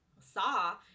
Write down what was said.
saw